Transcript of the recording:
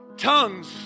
Tongues